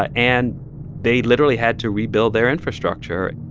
ah and they literally had to rebuild their infrastructure.